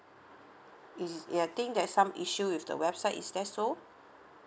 it ya I think that some issue with the website is there so